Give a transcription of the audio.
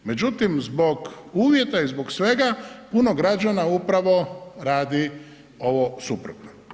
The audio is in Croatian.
Međutim, zbog uvjeta i zbog svega puno građana upravo radi ovo suprotno.